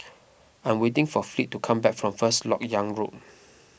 I am waiting for Fleet to come back from First Lok Yang Road